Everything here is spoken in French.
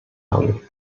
armée